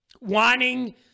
wanting